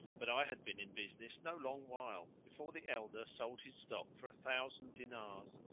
but i had been in business no long while before the elder sold his stock for a thousand diners,